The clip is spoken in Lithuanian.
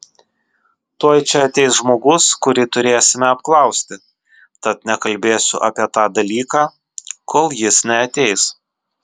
tuoj čia ateis žmogus kurį turėsime apklausti tad nekalbėsiu apie tą dalyką kol jis neateis